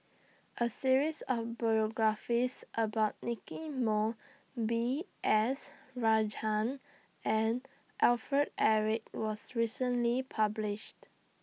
A series of biographies about Nicky Moey B S Rajhans and Alfred Eric was recently published